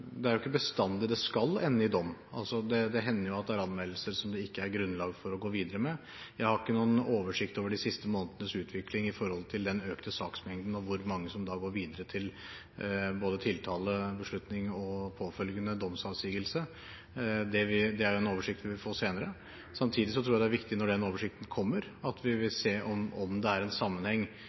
det skal ende med dom. Det hender jo at det er anmeldelser som det ikke er grunnlag for å gå videre med. Jeg har ikke noen oversikt over de siste måneders utvikling når det gjelder den økte saksmengden, og hvor mange som går videre til både tiltalebeslutning og påfølgende domsavsigelse. Det er en oversikt vi vil få senere. Samtidig tror jeg det er viktig når den oversikten kommer, at vi vil se om det er en sammenheng,